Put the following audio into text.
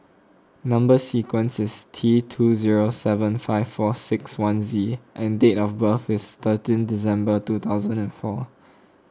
Number Sequence is T two zero seven five four six one Z and date of birth is thirteen December two thousand and four